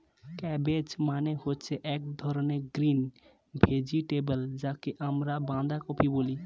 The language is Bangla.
ক্যাবেজ মানে হচ্ছে এক ধরনের গ্রিন ভেজিটেবল যাকে আমরা বাঁধাকপি বলি